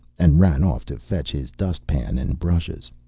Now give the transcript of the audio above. and ran off to fetch his dustpan and brushes.